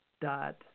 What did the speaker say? dot